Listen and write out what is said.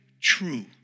true